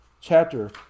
chapter